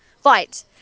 fight